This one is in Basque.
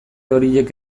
horiek